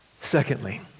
Secondly